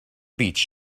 beach